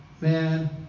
man